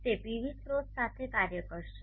તે પીવી સ્રોત સાથે કાર્ય કરશે